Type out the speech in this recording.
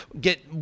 get